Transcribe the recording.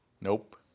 Nope